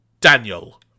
Daniel